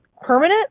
permanent